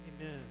Amen